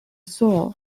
sol